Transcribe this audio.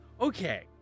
Okay